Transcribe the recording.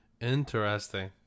Interesting